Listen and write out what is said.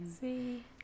See